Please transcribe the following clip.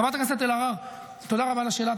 חברת הכנסת אלהרר, תודה רבה על השאלה.